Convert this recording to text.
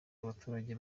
abaturage